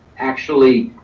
actually